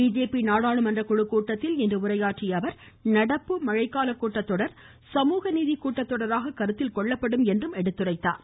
BJP நாடாளுமன்ற குழு கூட்டத்தில் இன்று உரையாற்றிய அவர் நடப்பு மழைக்காலக் கூட்டத்தொடர் சமூக நீதி கூட்டத்தொடராக கருத்தில் கொள்ளப்படும் என்றும் எடுத்துரைத்தார்